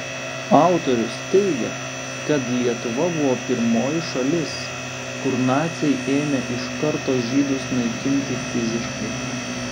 autorius teigia kad lietuva buvo pirmoji šalis kur naciai ėmė iš karto žydus naikinti fiziškai